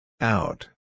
Out